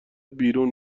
بیرون